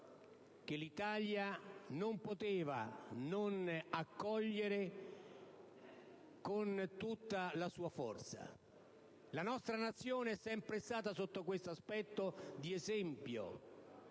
che l'Italia non poteva non accogliere con tutta la sua forza. La nostra Nazione è sempre stata, sotto questo aspetto, di esempio